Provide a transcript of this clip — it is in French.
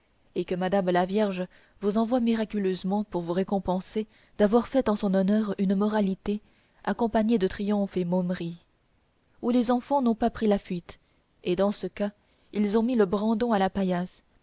et que madame la vierge vous envoie miraculeusement pour vous récompenser d'avoir fait en son honneur une moralité accompagnée de triomphes et momeries ou les enfants n'ont pas pris la fuite et dans ce cas ils ont mis le brandon à la paillasse